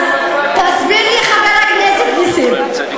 עיצומים, דמורליזציה ומאבקי הכול בכול.